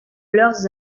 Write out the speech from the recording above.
leurs